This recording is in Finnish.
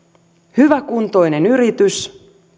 hyväkuntoinen yritys